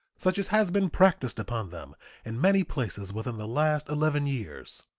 such as has been practiced upon them in many places within the last eleven years,